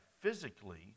physically